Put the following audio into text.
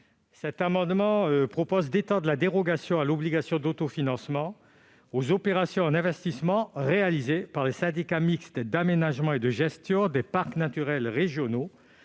Cet amendement vise à étendre la dérogation à l'obligation d'autofinancement aux opérations en investissement réalisées par les syndicats mixtes d'aménagement et de gestion des parcs naturels régionaux,